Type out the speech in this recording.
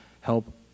help